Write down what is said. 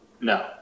No